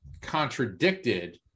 contradicted